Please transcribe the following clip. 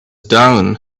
down